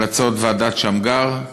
ועדת שמגר,